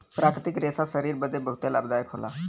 प्राकृतिक रेशा शरीर बदे बहुते लाभदायक होला